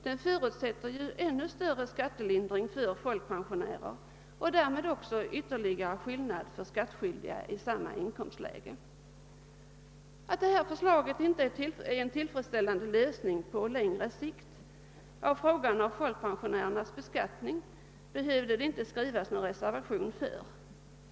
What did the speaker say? Den förutsätter ju ännu större skattelindring för folkpensionärer och därmed också ytterligare skillnad mellan skattskyldiga i samma inkomstläge. Att detta förslag inte är en tillfredsställande lösning på längre sikt av frå 3an om folkpensionärernas beskattning nade det inte behövts någon reserva tion för att visa.